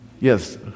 Yes